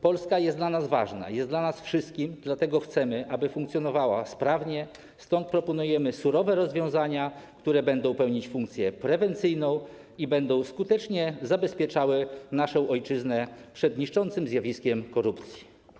Polska jest dla nas ważna, jest dla nas wszystkim, dlatego chcemy, aby funkcjonowała sprawnie, stąd proponujemy surowe rozwiązania, które będą pełnić funkcję prewencyjną i będą skutecznie zabezpieczały naszą ojczyznę przez niszczącym zjawiskiem korupcji.